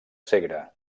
segre